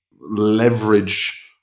leverage